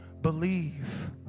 believe